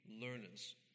learners